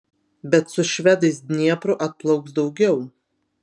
bet su švedais dniepru atplauks daugiau